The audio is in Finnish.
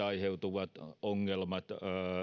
aiheutuvat ongelmat